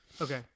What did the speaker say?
Okay